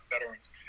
veterans